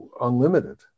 unlimited